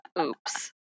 Oops